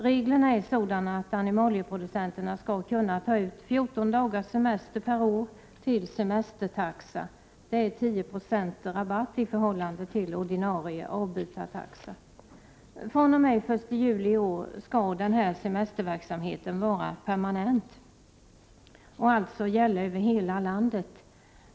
Reglerna är sådana att animalieproducenterna skall kunna ta ut 16 november 1988 14 dagars semester per år till semestertaxa, vilket innebär 10 96 rabatt i gor förhållande till ordinarie avbytartaxa. fr.o.m. den 1 juli i år skall den här semesterverksamheten vara permanent och gälla över hela landet.